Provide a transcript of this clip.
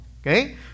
okay